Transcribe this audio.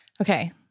Okay